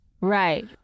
right